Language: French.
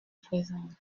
présente